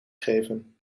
geven